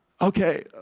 okay